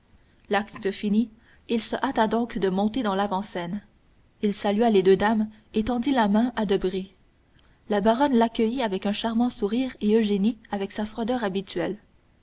l'acte fini il se hâta donc de monter dans l'avant-scène il salua les deux dames et tendit la main à debray la baronne l'accueillit avec un charmant sourire et eugénie avec sa froideur habituelle